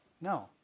no